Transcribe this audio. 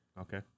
Okay